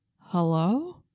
Hello